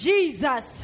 Jesus